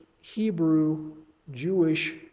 Hebrew-Jewish